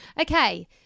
Okay